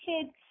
kids